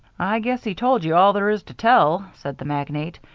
i guess he told you all there is to tell, said the magnate.